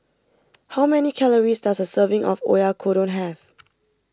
how many calories does a serving of Oyakodon have